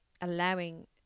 allowing